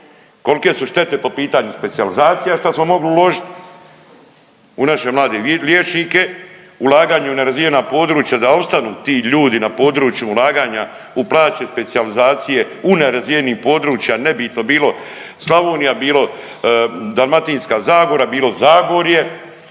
Kolke su štete po pitanju specijalizacija šta smo mogli uložit u naše mlade liječnike, ulaganje u nerazvijena područja da opstanu ti ljudi na području ulaganja, u plaće, specijalizacije, u nerazvijenih područja, nebitno bilo Slavonija, bilo Dalmatinska zagora, bilo Zagorje,